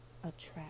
attract